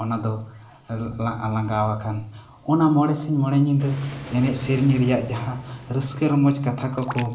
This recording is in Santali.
ᱚᱱᱟ ᱫᱚ ᱞᱟᱸᱜᱟ ᱟᱠᱟᱱ ᱚᱱᱟ ᱢᱚᱸᱬᱮ ᱥᱤᱧ ᱢᱚᱸᱬᱮ ᱧᱤᱫᱟᱹ ᱮᱱᱮᱡ ᱥᱮᱨᱮᱧ ᱨᱮᱭᱟᱜ ᱡᱟᱦᱟᱸ ᱨᱟᱹᱥᱠᱟᱹ ᱨᱚᱢᱚᱡᱽ ᱠᱟᱛᱷᱟ ᱠᱚ ᱠᱚ